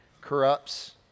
corrupts